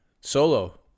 Solo